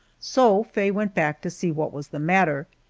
so faye went back to see what was the matter.